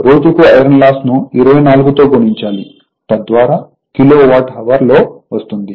రోజుకు iron loss ను 24 తో గుణించాలి తద్వారా కిలో వాట్ హవర్ లో వస్తుంది